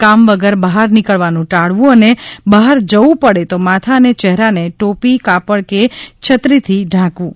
કામ વગર બહાર નીકળવાનું ટાળવું અને બહાર જવું પડે તો માથા અને ચહેરાને ટોપી કાપડ કે છત્રીથી ઢાંકવું